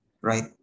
right